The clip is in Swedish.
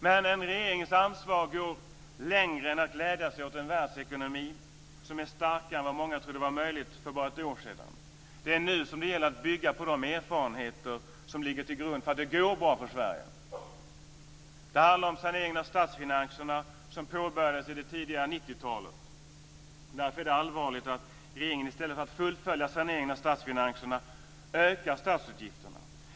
Men en regerings ansvar går längre än till att glädja sig åt en världsekonomi som är starkare än vad många trodde var möjligt för bara ett år sedan. Det är nu som det gäller att bygga på de erfarenheter som ligger till grund för att det går bra för Sverige. · Det handlar om saneringen av statsfinanserna, som påbörjades i det tidiga 1990-talet. Därför är det allvarligt att regeringen i stället för att fullfölja saneringen av statsfinanserna ökar statsutgifterna.